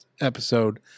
episode